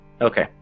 Okay